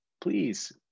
please